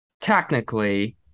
technically